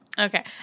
Okay